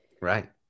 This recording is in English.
Right